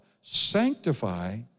sanctify